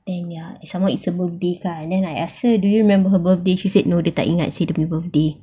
then ya some more it's her birthday I asked her do you remember your birthday she say no dia tak ingat seh dia punya birthday